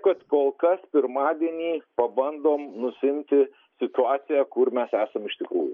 kad kol kas pirmadienį pabandom nusiimti situaciją kur mes esam iš tikrųjų